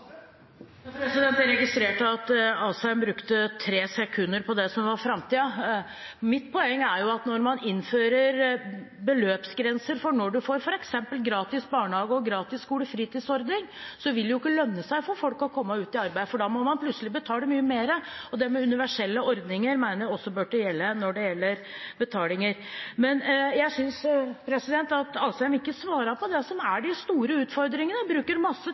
Jeg registrerer at Asheim brukte tre sekunder på det som var framtiden. Mitt poeng er at når man innfører en beløpsgrense for når man f.eks. får gratis barnehage og gratis skolefritidsordning, vil det jo ikke lønne seg for folk å komme ut i arbeid, for da må man plutselig betale mye mer. Jeg mener også at universelle ordninger burde gjelde for betalinger. Jeg synes ikke Asheim svarer på det som er de store utfordringene, men bruker masse